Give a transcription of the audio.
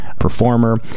performer